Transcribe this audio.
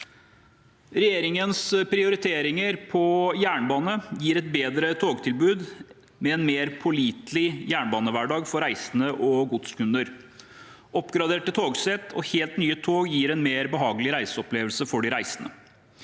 Regjeringens prioriteringer på jernbane gir et bedre togtilbud med en mer pålitelig jernbanehverdag for reisende og godskunder. Oppgraderte togsett og helt nye tog gir en mer behagelig reiseopplevelse for de reisende.